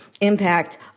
impact